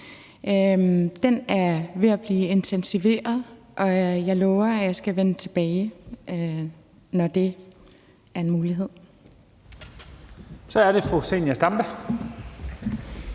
den er ved at blive intensiveret, og jeg lover, at jeg skal vende tilbage, når det er en mulighed.